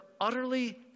utterly